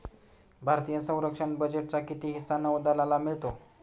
भारतीय संरक्षण बजेटचा किती हिस्सा नौदलाला मिळतो?